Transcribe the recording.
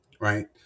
right